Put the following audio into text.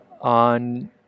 on